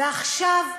ועכשיו,